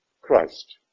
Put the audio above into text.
Christ